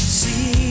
see